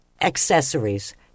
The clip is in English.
accessories